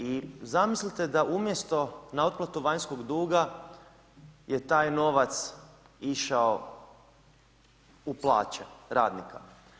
I zamislite da umjesto na otplatu vanjskog duga je taj novac išao u plaće radnika.